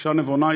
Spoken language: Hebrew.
אישה נבונה,